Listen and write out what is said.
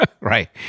Right